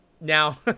Now